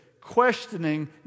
questioning